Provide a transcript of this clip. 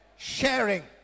sharing